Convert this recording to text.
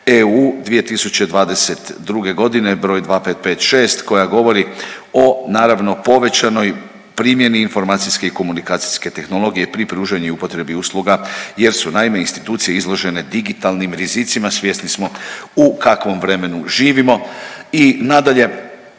EU 2022. godine broj 2556 koja govori o naravno povećanoj primjeni informacijske i komunikacijske tehnologije pri pružanju i upotrebi usluga jer su naime institucije izložene digitalnim rizicima. Svjesni smo u kakvom vremenu živimo.